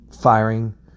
firing